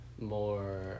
more